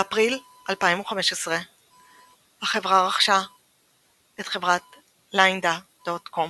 באפריל 2015 החברה רכשה את חברת lynda.com